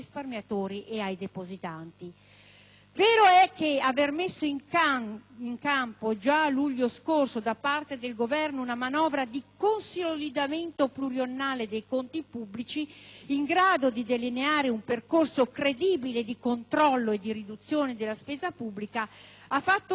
Vero è che aver messo in campo, già a luglio scorso, da parte del Governo una manovra di consolidamento pluriennale dei conti pubblici, in grado di delineare un percorso credibile di controllo e di riduzione della spesa pubblica, ha fatto sì che l'Italia recuperasse credibilità